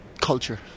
culture